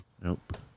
Nope